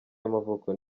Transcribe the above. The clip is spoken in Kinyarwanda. y’amavuko